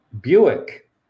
Buick